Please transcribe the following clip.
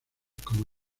como